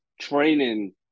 training